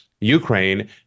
Ukraine